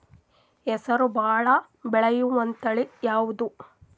ಹೆಸರು ಭಾಳ ಬೆಳೆಯುವತಳಿ ಯಾವದು?